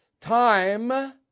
Time